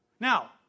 Now